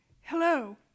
Hello